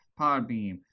podbeam